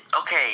Okay